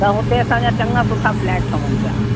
त हुते असांजा चङा सुठा फ्लैट ठहनि पिया